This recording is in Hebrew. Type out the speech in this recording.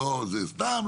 סתם,